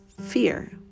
fear